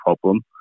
problem